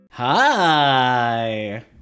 Hi